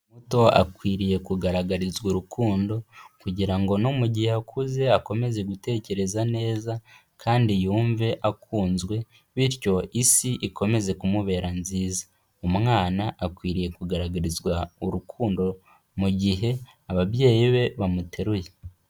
Umwana muto akwiriye kugaragarizwa urukundo, kugira ngo no mu gihe akuze akomeze gutekereza neza kandi yumve akunzwe, bityo isi ikomeze kumubera nziza. Umwana akwiriye kugaragarizwa urukundo mu gihe ababyeyi be bamuteruye.